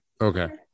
okay